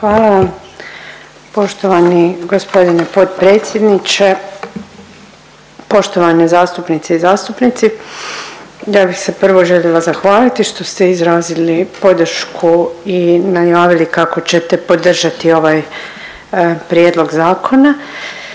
Hvala vam poštovani g. potpredsjedniče. Poštovane zastupnice i zastupnici. Ja bih se prvo željela zahvaliti što ste izrazili podršku i najavili kako ćete podržati ovaj prijedlog zakona.